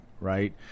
right